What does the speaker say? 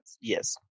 Yes